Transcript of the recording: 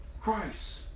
Christ